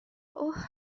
اوه